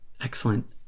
excellent